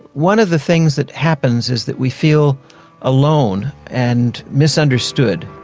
one of the things that happens is that we feel alone and misunderstood,